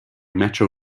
metro